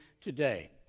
today